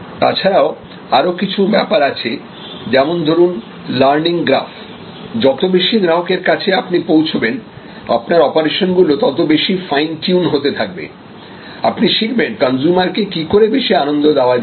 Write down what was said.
তাছাড়াও আরো কিছু ব্যাপার আছে যেমন ধরুন লার্নিং গ্রাফ যত বেশি গ্রাহকের কাছে আপনি পৌঁছাবেন আপনার অপারেশনগুলো তত বেশি ফাইন টিউন হতে থাকবে আপনি শিখবেন কনজিউমারকে কি করে বেশি আনন্দ দেওয়া যায়